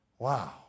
Wow